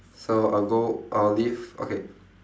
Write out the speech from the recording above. so I'll go I'll leave okay